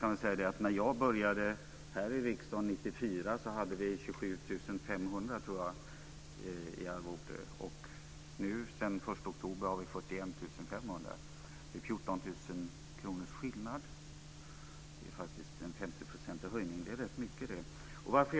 När jag började i riksdagen 1994 hade vi ca 27 500 kr i arvode. Nu sedan den 1 oktober har vi 41 500 kr i arvode. Det är 14 000 kr skillnad. Det är en 50-procentig höjning. Det är rätt mycket.